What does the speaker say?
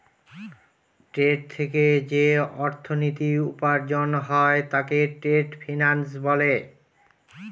trade থেকে যে অর্থনীতি উপার্জন হয় তাকে ট্রেড ফিন্যান্স বলে